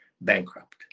bankrupt